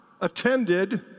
attended